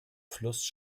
fluss